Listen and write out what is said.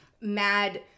mad